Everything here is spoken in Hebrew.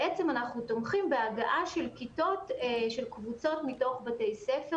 בעצם אנחנו תומכים בהגעה של קבוצות מתוך בתי ספר